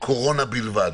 קורונה בלבד.